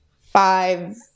five